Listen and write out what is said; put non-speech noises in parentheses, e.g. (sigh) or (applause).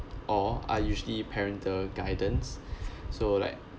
all are usually parental guidance (breath) so like